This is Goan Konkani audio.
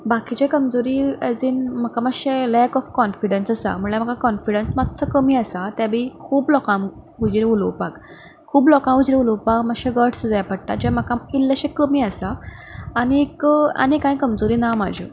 बाकीची कमजोरी एज ईन म्हाका मातशें लॅक ऑफ कॉनफिडंस आसा म्हणल्यार म्हाका कॉनफिडंस मातसो कमी आसा तें बी खूब लोकां हुजीर उलोवपाक खूब लोकां हुजीर उलोवपाक मातशे गट्स जाय पडटा जें म्हाका इल्लेंशे कमी आसा आनी आनी कांय कमजोरी ना म्हज्यो